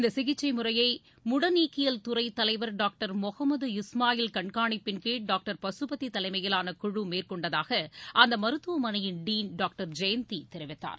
இந்த சிகிச்சை முறையை முடநீக்கியல் துறை தலைவர் டாக்டர் முகமது இஸ்மாயில் கண்காணிப்பின்கீழ் டாக்டர் பகபதி தலைமையிலான குழு மேற்கொண்டதாக அந்த மருத்துவமனையின் டீன் டாக்டர் ஜெயந்தி தெரிவித்தார்